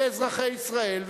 ואזרחי ישראל,